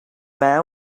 man